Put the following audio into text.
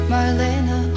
Marlena